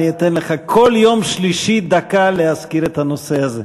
אני אתן לך כל יום שלישי דקה להזכיר את הנושא הזה.